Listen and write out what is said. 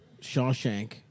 Shawshank